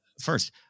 first